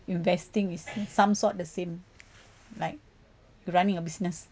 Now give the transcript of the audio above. investing is some sort the same like running a business